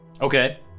Okay